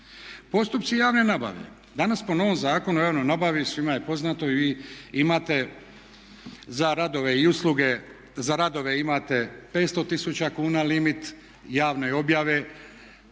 Postupci javne nabave, danas po novom Zakonu o javnoj nabavi, svima je poznato i imate za radove i usluge, za radove imate 500 tisuća kuna limit javne objave